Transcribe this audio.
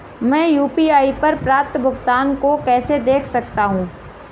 मैं यू.पी.आई पर प्राप्त भुगतान को कैसे देख सकता हूं?